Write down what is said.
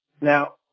Now